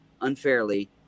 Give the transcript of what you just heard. unfairly